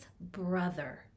brother